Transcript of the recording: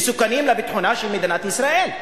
מסוכנים לביטחונה של מדינת ישראל.